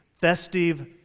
festive